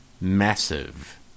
Massive